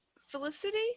Felicity